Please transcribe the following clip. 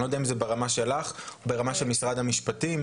אני לא יודע אם זה ברמה שלך או ברמה של משרד המשפטים.